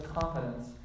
confidence